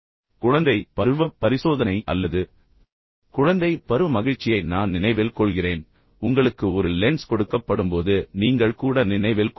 குழந்தை பருவ பரிசோதனை அல்லது குழந்தை பருவ மகிழ்ச்சியை நான் நினைவில் கொள்கிறேன் உங்களுக்கு ஒரு லென்ஸ் கொடுக்கப்படும்போது நீங்கள் கூட நினைவில் கொள்வீர்கள்